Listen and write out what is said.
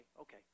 okay